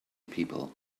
people